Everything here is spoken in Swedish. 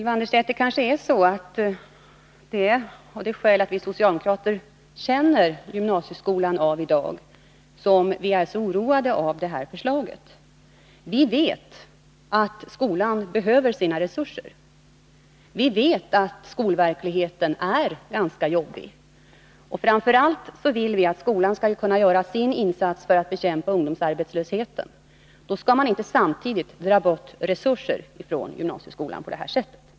Herr talman! Det kanske är så, Ylva Annerstedt, att det är det förhållandet att vi socialdemokrater känner gymnasieskolan av i dag som gör att vi är så oroade av det här förslaget. Vi vet att skolan behöver sina resurser. Vi vet att skolverkligheten är ganska jobbig. Och framför allt vill vi att skolan skall kunna göra sin insats för att bekämpa ungdomsarbetslösheten. Då skall man inte dra bort resurser från gymnasieskolan på det här sättet.